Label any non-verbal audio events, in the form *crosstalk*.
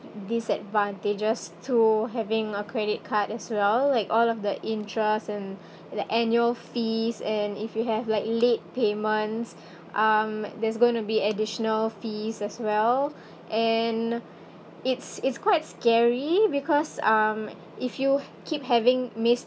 disadvantages to having a credit card as well like all of the interest and *breath* the annual fees and if you have like late payments *breath* um there's going to be additional fees as well *breath* and it's it's quite scary because um if you keep having missed